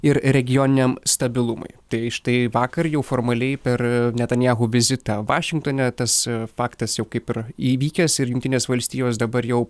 ir regioniniam stabilumui tai štai vakar jau formaliai per netanjahu vizitą vašingtone tas faktas jau kaip ir įvykęs ir jungtinės valstijos dabar jau